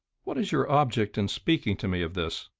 what is your object in speaking to me of this?